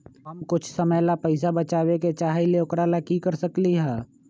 हम कुछ समय ला पैसा बचाबे के चाहईले ओकरा ला की कर सकली ह?